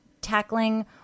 tackling